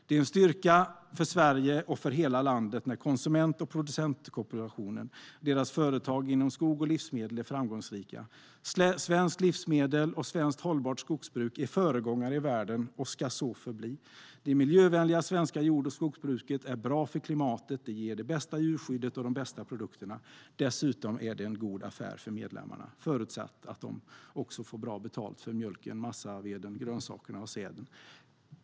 Det är en styrka för Sverige och för hela landet när konsument och producentkooperationen och deras företag inom skog och livsmedel är framgångsrika. Svenska livsmedel och svenskt hållbart skogsbruk är föregångare i världen och ska så förbli. Det miljövänliga svenska jord och skogsbruket är bra för klimatet. Det ger det bästa djurskyddet och de bästa produkterna. Dessutom är det en god affär för medlemmarna, förutsatt att de också får bra betalt för mjölken, massaveden, grönsakerna och säden.